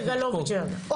סגלוביץ' פה.